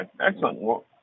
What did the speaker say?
excellent